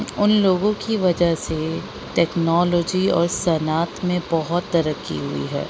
ان لوگوں کی وجہ سے ٹیکنالوجی اور صنعت میں بہت ترقی ہوئی ہے